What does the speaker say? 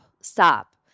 stop